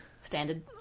Standard